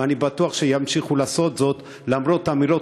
ואני בטוח שימשיכו לעשות זאת למרות אמירות